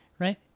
Right